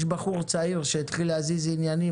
יש בחור צעיר שהתחיל להזיז עניינים,